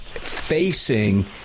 facing